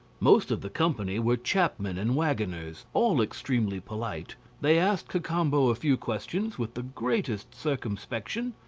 most of the company were chapmen and waggoners, all extremely polite they asked cacambo a few questions with the greatest circumspection,